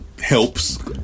helps